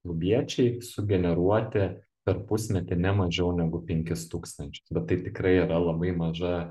klubiečiai sugeneruoti per pusmetį ne mažiau negu penkis tūkstančius bet tai tikrai yra labai maža